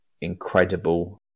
incredible